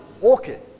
orchid